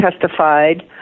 testified